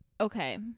Okay